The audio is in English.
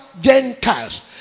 Gentiles